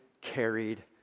carried